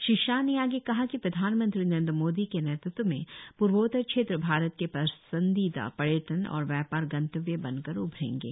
श्री शाह ने आगे कहा कि प्रधानमंत्री नरेंद्र मोदी के नेतृत्व में पर्वोत्तर क्षेत्र भारत के पसंदिदा पर्यटन और व्यापार गंतव्य बनकर उभरेंगे